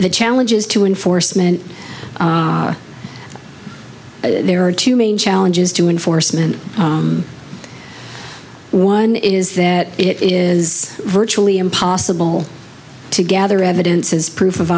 the challenges to enforcement there are two main challenges to enforcement one is that it is virtually impossible to gather evidence as proof of